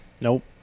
Nope